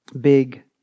big